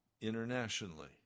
internationally